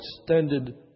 extended